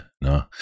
no